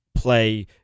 Play